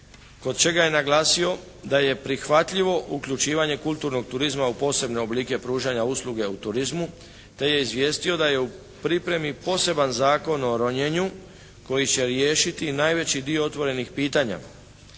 kod čega je naglasio da je prihvatljivo uključivanje kulturnog turizma u posebne oblike pružanja usluga u turizmu te je izvijestio da je u pripremi poseban Zakon o ronjenju koji će riješiti najveći dio otvorenih pitanja.